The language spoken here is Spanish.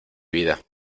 vida